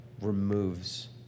removes